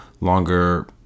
longer